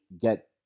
get